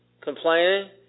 complaining